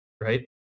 right